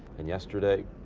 and yesterday,